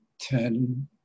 ten